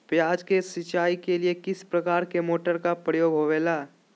प्याज के सिंचाई के लिए किस प्रकार के मोटर का प्रयोग होवेला?